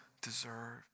deserve